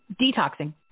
Detoxing